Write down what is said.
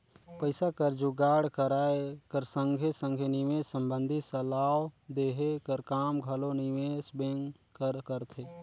पइसा कर जुगाड़ कराए कर संघे संघे निवेस संबंधी सलाव देहे कर काम घलो निवेस बेंक हर करथे